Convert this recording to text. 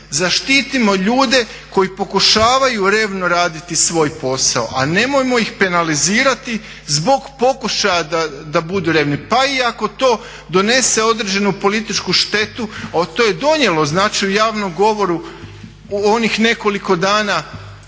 zaštitimo ljude koji pokušavaju revno raditi svoj posao, a nemojmo ih penalizirati zbog pokušaja da budu revni, pa i ako to donese određenu političku štetu, to je donijelo znači u javnom govoru onih nekoliko dana,